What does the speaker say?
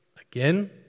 Again